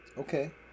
Okay